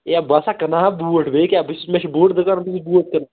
یا بہٕ ہَسا کٕنہٕ ہا بوٗٹ بیٚیہِ کیٛاہ بہٕ چھُس مےٚ چھُ بوٗٹہٕ دُکان مےٚ چھِ بوٗٹ